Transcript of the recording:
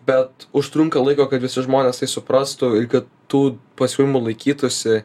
bet užtrunka laiko kad visi žmonės tai suprastų kad tų pasiūlymų laikytųsi